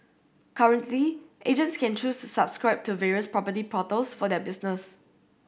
currently agents can choose to subscribe to various property portals for their business